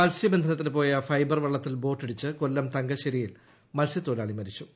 മത്സ്യബന്ധനത്തിന് പോയ ഫൈബർ വള്ളത്തിൽ ബോട്ടിടിച്ച് കൊല്ലം തങ്കശ്ശേരിയിൽ മത്സ്യത്തൊഴിലാളി മരിച്ചു